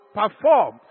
perform